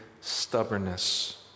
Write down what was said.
stubbornness